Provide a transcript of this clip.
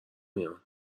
میان